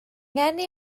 ngeni